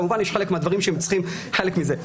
כמובן יש חלק מהדברים שהם צריכים חלק מזה.